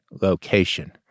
location